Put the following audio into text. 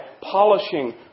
polishing